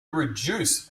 reduce